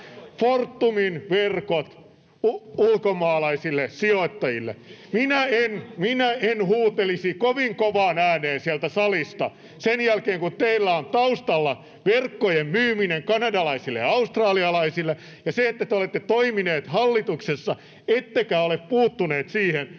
Fortumin verkot ulkomaalaisille sijoittajille. [Timo Heinosen välihuuto] Minä en huutelisi kovin kovaan ääneen sieltä salista sen jälkeen, kun teillä on taustalla verkkojen myyminen kanadalaisille ja australialaisille ja se, että te olette toimineet hallituksessa ettekä ole puuttuneet siihen,